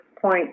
point